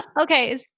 Okay